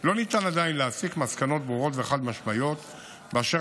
לא ניתן עדיין להסיק מסקנות ברורות וחד-משמעיות באשר